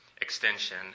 extension